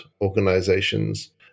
organizations